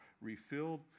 refilled